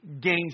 gains